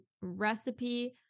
recipe